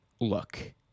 Look